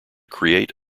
create